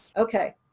okay.